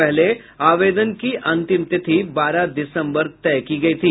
पहले आवेदन की अंतिम तिथि बारह दिसम्बर तक थी